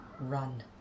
Run